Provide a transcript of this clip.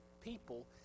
people